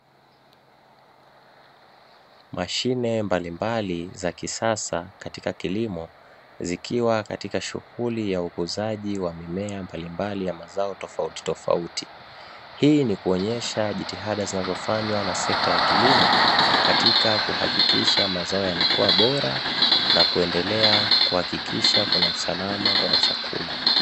Mashine mbali mbali za kisasa katika kilimo zikiwa katika shughuli ya ukuzaji wa mimea mbali mbali ya mazao tofauti tofauti, hii ni kuonesha jitihada zinazofanywa na sekta ya kilimo katika kuhakikisha mazao yanakua bora na kuendelea kuhakikisha kuna usalama wa chakula.